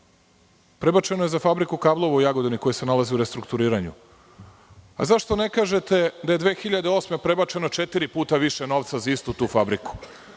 Prebačeno je za fabriku kablova u Jagodini koja se nalazi u restrukturiranju. Zašto ne kažete da je 2008. godine prebačeno četiri puta više novca za istu tu fabriku.